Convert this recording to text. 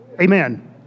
Amen